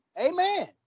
Amen